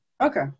Okay